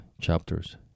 chapters